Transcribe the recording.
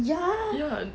ya